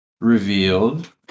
revealed